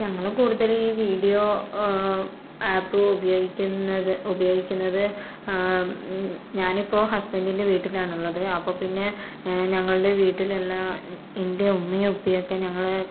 ഞങ്ങള് കൂടുതല് ഈ വീഡിയോ ആപ്പ് ഉപയോഗിക്കുന്നത് ഉപയോഗിക്കുന്നത് ഞാൻ ഇപ്പോൾ ഹസ്ബൻഡിൻ്റെ വീട്ടിലാണ് ഉള്ളത് അപ്പം പിന്നെ ഞങ്ങളുടെ വീട്ടിലുള്ള എൻ്റെ ഉമ്മയും ഉപ്പയും ഒക്കെ ഞങ്ങള്